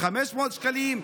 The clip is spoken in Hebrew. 500 שקלים,